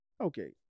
okay